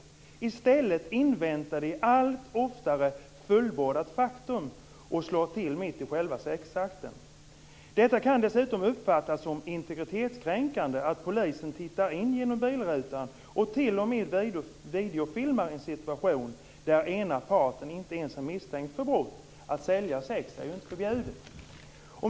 I stället inväntar de allt oftare fullbordat faktum och slår till mitt i själva sexakten. Det kan dessutom uppfattas som integritetskränkande att polisen tittar in genom bilrutan och till och med videofilmar en situation där ena parten inte ens är misstänkt för brott. Att sälja sex är inte förbjudet."